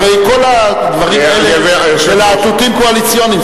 הרי כל הדברים האלה זה להטוטים קואליציוניים,